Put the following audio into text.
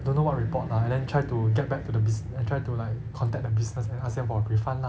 don't know what report lah and then try to get back to the busi~ try to like contact the business and ask them for a refund lah